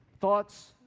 thoughts